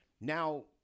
Now